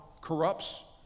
corrupts